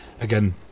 again